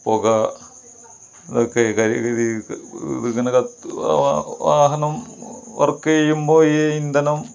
പുക ഇതൊക്കെ ഇത് ഇങ്ങനെ കത്ത് വാഹനം വർക്ക് ചെയ്യുമ്പോൾ ഈ ഇന്ധനം